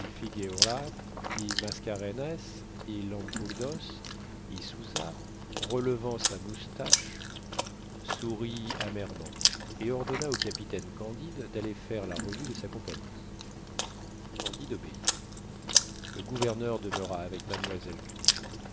figueora y mascarenes y lampourdos y souza relevant sa moustache sourit amèrement et ordonna au capitaine candide d'aller faire la revue de sa compagnie candide obéit le gouverneur demeura avec mademoiselle